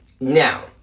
Now